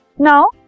Now